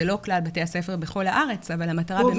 זה לא כלל בתי הספר בכל הארץ אבל המטרה באמת